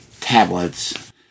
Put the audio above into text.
tablets